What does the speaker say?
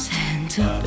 Santa